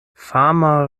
fama